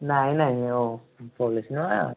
ନାହିଁ ନାହିଁ ଅ ପୁଲିସ ନା